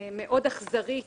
מאוד אכזרית